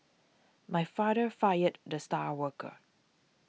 my father fired the star worker